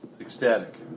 ecstatic